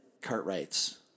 Cartwright's